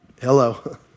Hello